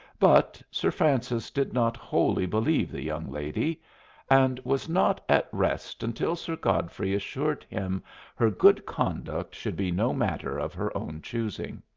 but sir francis did not wholly believe the young lady and was not at rest until sir godfrey assured him her good conduct should be no matter of her own choosing.